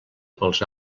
pels